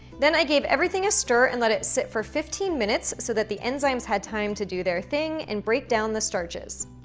then i gave everything a stir and let it sit for fifteen minutes so that the enzymes had time to do their thing and break down the starches.